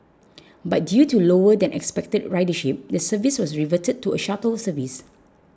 but due to lower than expected ridership the service was reverted to a shuttle service